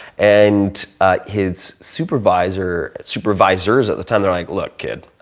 and his supervisors supervisors at the time they're like, look kid.